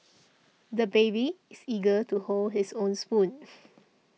the baby is eager to hold his own spoon